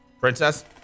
Princess